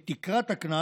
את תקרת הקנס,